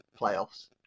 playoffs